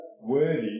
worthy